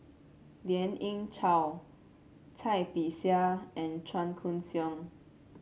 Lien Ying Chow Cai Bixia and Chua Koon Siong